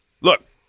Look